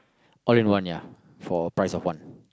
all in one ya for price of one